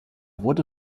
wurde